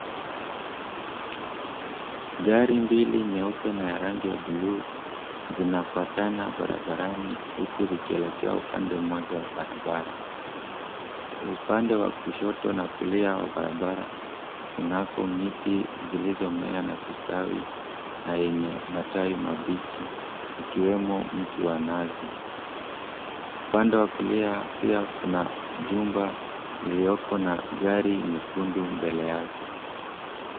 Gari mbili nyeupe na ya rangi ya buluu zinafuatana barabarani huku zikielekea upande mmoja wa barabara. Upande wa kushoto na kulia wa barabara kunako miti zilizomea na kustawi na zenye matawi mabichi ikiwemo mti wa nazi. Upande wa kulia pia kuna jumba iliyoko na gari nyekundu mbele yake